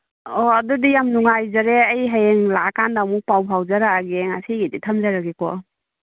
ꯑꯣ ꯑꯗꯨꯗꯤ ꯌꯥꯝ ꯅꯨꯡꯉꯥꯏꯖꯔꯦ ꯑꯩ ꯍꯌꯦꯡ ꯂꯥꯛꯑꯀꯥꯟꯗ ꯑꯃꯨꯛ ꯄꯥꯎ ꯐꯥꯎꯖꯔꯛꯑꯒꯦ ꯉꯁꯤꯒꯤꯗꯤ ꯊꯝꯖꯔꯒꯦꯀꯣ